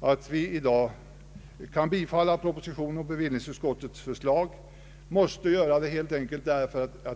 att riksdagen i dag bör bifalla propositionens och bevillningsutskottets förslag — riksdagen måste helt enkelt göra det.